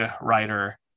writer